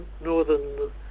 northern